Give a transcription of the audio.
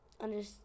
understand